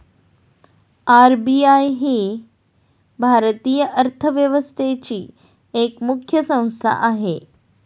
RBI ही भारतीय अर्थव्यवस्थेची एक मुख्य संस्था आहे